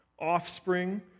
offspring